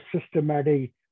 systematic